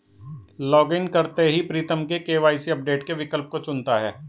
login करते ही Pritam KYC update के विकल्प को चुनता है